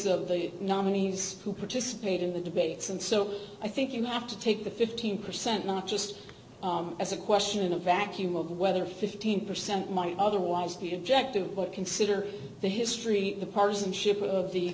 the nominees who participate in the debates and so i think you have to take the fifteen percent not just as a question in a vacuum of whether fifteen percent might otherwise be objective but consider the history the partisanship of the